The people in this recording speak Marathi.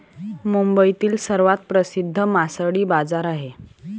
मुंबईतील सर्वात प्रसिद्ध मासळी बाजार आहे